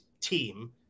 team